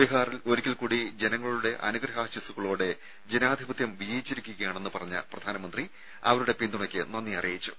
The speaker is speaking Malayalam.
ബീഹാറിൽ ഒരിക്കൽക്കൂടി ജനങ്ങളുടെ അനുഗ്രാഹാശിസ്സുകളോടെ ജനാധിപത്യം വിജയിച്ചിരിക്കുകയാണെന്ന് പറഞ്ഞ പ്രധാനമന്ത്രി അവരുടെ പിന്തുണയ്ക്ക് നന്ദി അറിയിച്ചു